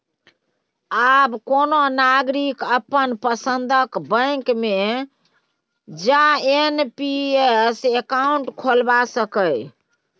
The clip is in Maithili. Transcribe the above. आब कोनो नागरिक अपन पसंदक बैंक मे जा एन.पी.एस अकाउंट खोलबा सकैए